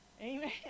amen